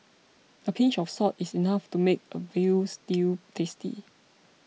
a pinch of salt is enough to make a Veal Stew tasty